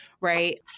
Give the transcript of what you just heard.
Right